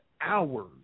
hours